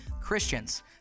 Christians